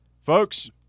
folks